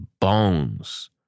bones